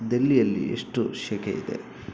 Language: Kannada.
ಡೆಲ್ಲಿಯಲ್ಲಿ ಎಷ್ಟು ಸೆಖೆ ಇದೆ